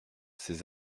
ses